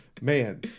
man